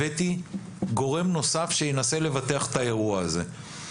הבאתי גורם נוסף שינסה לבטח את האירוע הזה.